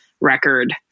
record